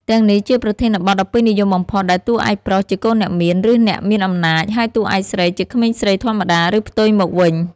ទាំងនេះជាប្រធានបទដ៏ពេញនិយមបំផុត ដែលតួឯកប្រុសជាកូនអ្នកមាន ឬអ្នកមានអំណាច ហើយតួឯកស្រីជាក្មេងស្រីធម្មតា ឬផ្ទុយមកវិញ។